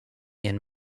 and